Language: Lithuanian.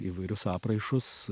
įvairius apraišus